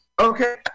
Okay